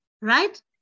right